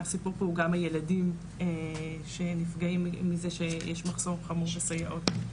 הסיפור פה הוא גם הילדים שנפגעים עם זה שיש מחסור חמור של סייעות.